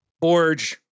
forge